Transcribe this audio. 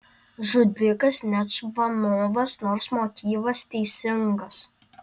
žudikas ne čvanovas nors motyvas teisingas